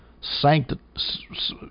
sanct